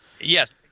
Yes